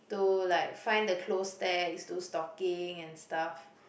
to like find the close text do stocking and stuff